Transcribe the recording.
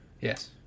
Yes